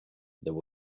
there